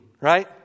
right